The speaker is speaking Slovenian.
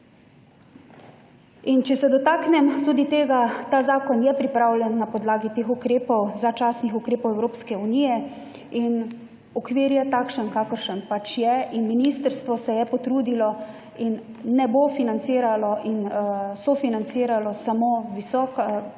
In če se dotaknem tudi tega, ta zakon je pripravljen na podlagi teh ukrepov, začasnih ukrepov Evropske unije in okvir je takšen, kakršen pač je, in Ministrstvo se je potrudilo in ne bo financiralo in sofinanciralo samo visoka,